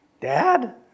Dad